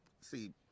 see